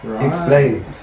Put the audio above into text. Explain